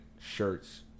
shirts